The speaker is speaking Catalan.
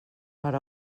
per